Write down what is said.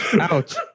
Ouch